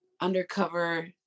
undercover